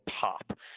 pop